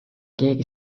keegi